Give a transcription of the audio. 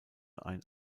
ein